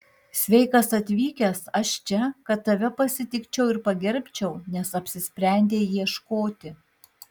sveikas atvykęs aš čia kad tave pasitikčiau ir pagerbčiau nes apsisprendei ieškoti